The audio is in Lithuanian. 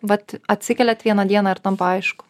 vat atsikeliat vieną dieną ir tampa aišku